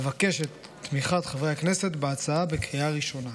אבקש את תמיכת חברי הכנסת בהצעה בקריאה הראשונה.